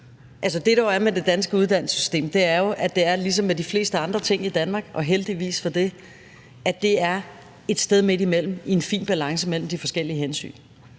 der er med det danske uddannelsessystem, er jo, at det er ligesom med de fleste andre ting i Danmark, og heldigvis for det, nemlig at det er et sted midt imellem, en fin balance mellem de forskellige hensyn.